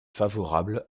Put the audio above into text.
favorable